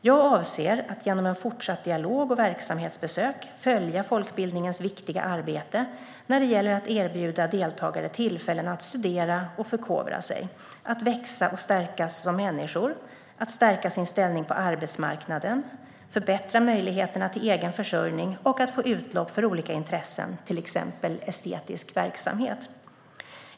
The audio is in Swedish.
Jag avser att genom en fortsatt dialog och verksamhetsbesök följa folkbildningens viktiga arbete när det gäller att erbjuda deltagare tillfällen att studera och förkovra sig, att växa och stärkas som människor, att stärka sin ställning på arbetsmarknaden, förbättra möjligheterna till egen försörjning och att få utlopp för olika intressen, till exempel estetisk verksamhet.